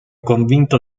convinto